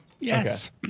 Yes